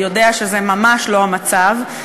יודע שזה ממש לא המצב,